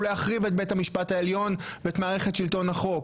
להחריב את בית המשפט העליון ואת מערכת שלטון החוק.